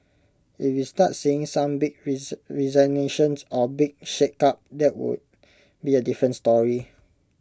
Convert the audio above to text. if we start seeing some big resignations or big shake up that would be A different story